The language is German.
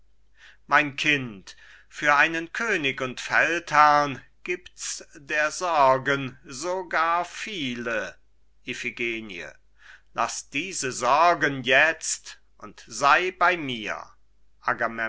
mein kind für einen könig und feldherrn gibt's der sorgen so gar viele iphigenie laß diese sorgen jetzt und sei bei mir